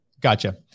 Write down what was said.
Gotcha